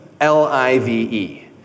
L-I-V-E